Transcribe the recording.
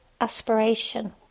aspiration